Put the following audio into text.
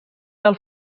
del